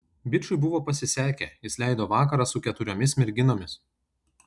bičui buvo pasisekę jis leido vakarą su keturiomis merginomis